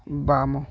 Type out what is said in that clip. ବାମ